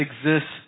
exists